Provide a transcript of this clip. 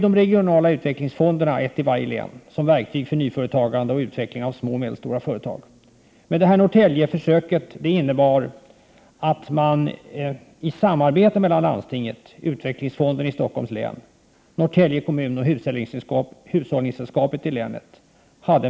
De regionala utvecklingsfonderna, en i varje län, fungerar ju som verktyg för nyföretagande och utveckling av små och medelstora företag. Försöksverksamheten i Norrtälje skedde i form av ett samarbete mellan landstinget, utvecklingsfonden i Stockholms län, Norrtälje kommun och Hushållningssällskapet i länet.